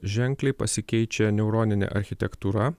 ženkliai pasikeičia neuroninė architektūra